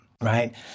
Right